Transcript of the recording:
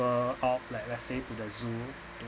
out like let's say to the zoo